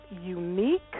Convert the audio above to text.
unique